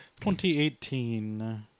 2018